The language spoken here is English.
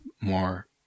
more